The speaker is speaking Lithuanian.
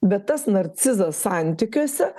bet tas narcizas santykiuose